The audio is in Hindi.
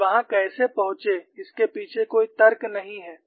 वे वहां कैसे पहुंचे इसके पीछे कोई तर्क नहीं है